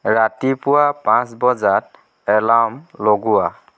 ৰাতিপুৱা পাঁচ বজাত এলাৰ্ম লগোৱা